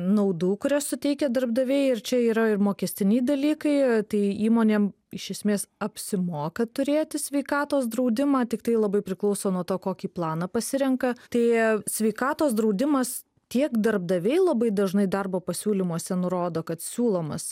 naudų kurias suteikia darbdaviai ir čia yra mokestiniai dalykai tai įmonėm iš esmės apsimoka turėti sveikatos draudimą tiktai labai priklauso nuo to kokį planą pasirenka tai sveikatos draudimas tiek darbdaviai labai dažnai darbo pasiūlymuose nurodo kad siūlomas